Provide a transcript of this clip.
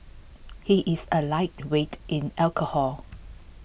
he is A lightweight in alcohol